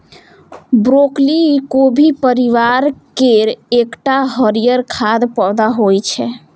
broccoli गोभी परिवार केर एकटा हरियर खाद्य पौधा होइ छै